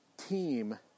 team